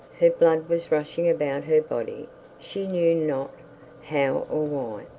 her blood was rushing about her body she knew not how or why.